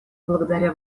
благодаря